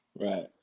right